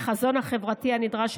החזון החברתי הנדרש,